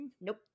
nope